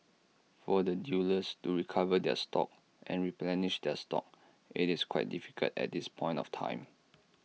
for the dealers to recover their stocks and replenish their stocks IT is quite difficult at this point of time